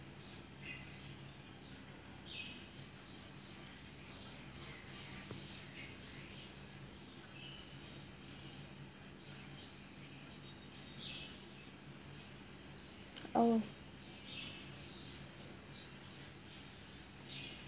oh